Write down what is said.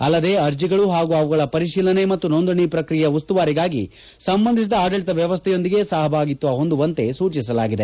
ಅಲ್ಲದೇ ಅರ್ಜಿಗಳು ಹಾಗೂ ಅವುಗಳ ಪರಿಶೀಲನೆ ಮತ್ತು ನೋಂದಣಿ ಪ್ರಕ್ರಿಯೆಯ ಉಸ್ತುವಾರಿಗಾಗಿ ಸಂಬಂಧಿಸಿದ ಆಡಳಿತ ವ್ಯವಸ್ಥೆಯೊಂದಿಗೆ ಸಹಭಾಗಿತ್ವ ಹೊಂದುವಂತೆ ಸೂಚಿಸಲಾಗಿದೆ